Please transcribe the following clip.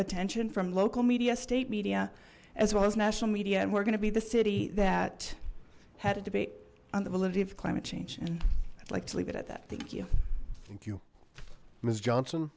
attention from local media state media as well as national media and we're going to be the city that had a debate on the validity of climate change and i'd like to leave it at that thank you thank you misess johnson